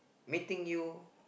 meeting you